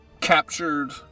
captured